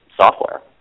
software